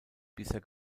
bisher